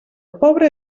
pobre